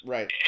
Right